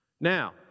Now